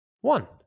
One